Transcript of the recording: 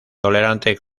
tolerante